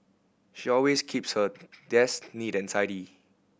she always keeps her desk neat and tidy